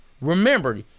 remember